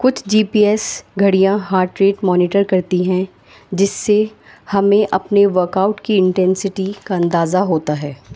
کچھ G P S گھڑیاں heart rate monitor کرتی ہیں جس سے ہمیں اپنے ورک آؤٹ کی انٹینسٹی کا اندازہ ہوتا ہے